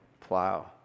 plow